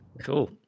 Cool